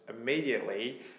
immediately